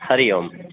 Hari Om